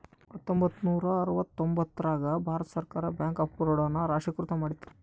ಹತ್ತೊಂಬತ್ತ ನೂರ ಅರವತ್ತರ್ತೊಂಬತ್ತ್ ರಾಗ ಭಾರತ ಸರ್ಕಾರ ಬ್ಯಾಂಕ್ ಆಫ್ ಬರೋಡ ನ ರಾಷ್ಟ್ರೀಕೃತ ಮಾಡಿತು